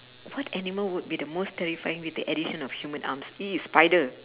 what animal would be the most terrifying with the addition of humans !ee! spider